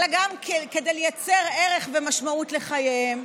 אבל גם כדי לייצר ערך ומשמעות לחייהם.